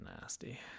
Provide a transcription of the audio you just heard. nasty